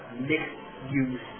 mixed-use